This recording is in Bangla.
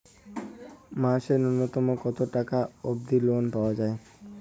মাসে নূন্যতম কতো টাকা অব্দি লোন পাওয়া যায়?